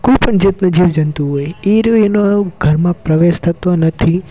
કોઈ પણ જાતના જીવજંતુ હોય એ રહ્યો એનો ઘરમાં પ્રવેશ થતો નથી